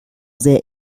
there